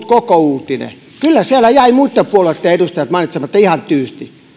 koko uutinen kyllä siellä jäivät muitten puolueitten edustajat mainitsematta ihan tyystin